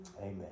amen